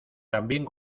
también